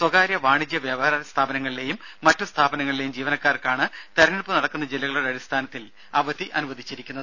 സ്വകാര്യ വാണിജ്യ വ്യാപാര സ്ഥാപനങ്ങളിലെയും മറ്റ് സ്ഥാപനങ്ങളിലെയും ജീവനക്കാർക്കാണ് തിരഞ്ഞെടുപ്പ് നടക്കുന്ന ജില്ലകളുടെ അടിസ്ഥാനത്തിൽ അവധി അനുവദിച്ചിരിക്കുന്നത്